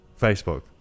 Facebook